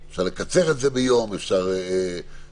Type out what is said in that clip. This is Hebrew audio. צריך לפרוס את זה באופן כללי על כולם.